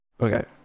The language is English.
Okay